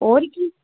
ਹੋਰ ਕੀ